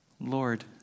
Lord